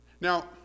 Now